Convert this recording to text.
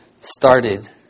started